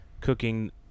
cooking